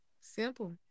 simple